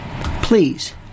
Please